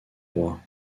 rois